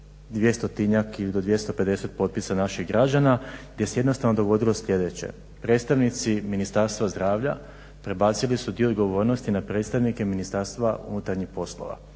200-tinjak ili do 250 potpisa naših građana gdje se jednostavno dogodilo sljedeće. Predstavnici ministarstva zdravlja prebacili su dio odgovornosti na predstavnike Ministarstva unutarnjih poslova